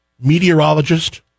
meteorologist